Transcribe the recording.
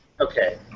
Okay